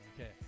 Okay